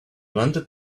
wanted